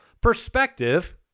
perspective